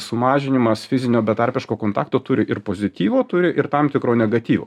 sumažinimas fizinio betarpiško kontakto turi ir pozityvo turi ir tam tikro negatyvo